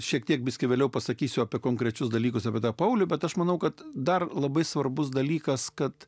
šiek tiek biskį vėliau pasakysiu apie konkrečius dalykus apie tą paulių bet aš manau kad dar labai svarbus dalykas kad